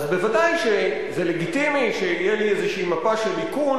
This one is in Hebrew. אז זה בוודאי לגיטימי שתהיה לי איזו מפה של איכון